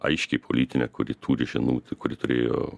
aiškiai politinę kuri turi žinutę kuri turėjo